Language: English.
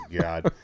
god